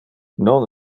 non